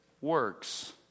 works